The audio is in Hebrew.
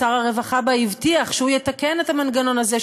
שר הרווחה בה הבטיח שהוא יתקן את המנגנון הזה,